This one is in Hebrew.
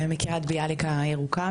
מקריית ביאליק הירוקה,